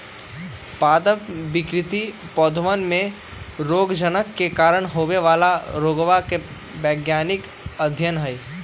पादप विकृति पौधवन में रोगजनक के कारण होवे वाला रोगवा के वैज्ञानिक अध्ययन हई